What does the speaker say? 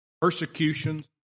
persecutions